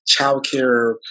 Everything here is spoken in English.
childcare